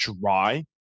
dry